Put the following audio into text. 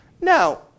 Now